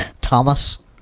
Thomas